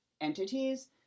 entities